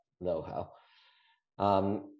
know-how